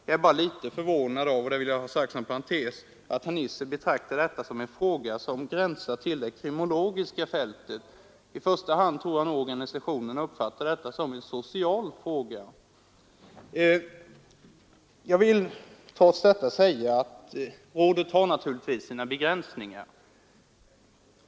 Jag är bara litet förvånad över — det vill jag ha sagt som en parentes — att herr Nisser betraktar detta som en fråga som gränsar till det kriminologiska fältet. I första hand tror jag nog organisationerna uppfattar detta som en social fråga. Jag vill trots detta säga att rådet naturligtvis har sina begränsningar.